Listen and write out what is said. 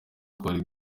twari